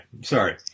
sorry